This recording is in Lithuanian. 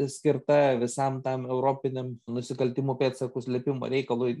skirta visam tam europiniam nusikaltimų pėdsakų slėpimo reikalui